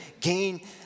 gain